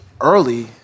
early